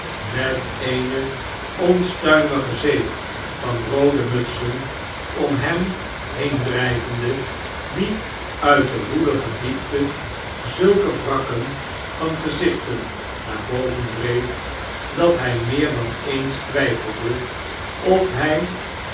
met eene onstuimige zee van roode mutsen om hem heendrgvende die uit de woelige diepte zulke wrakken van gezichten naar boven dreef dat hy meer dan eens twjjfelde of hy